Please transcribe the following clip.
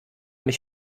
mich